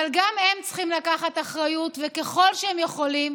אבל גם הם צריכים לקחת אחריות, וככל שהם יכולים,